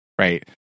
right